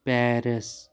Paris